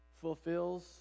fulfills